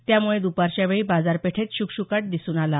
त्यामुळे दुपारच्यावेळी बाजारपेठेत शुकशुकाट दिसून आला